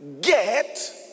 get